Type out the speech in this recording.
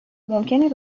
ممکنه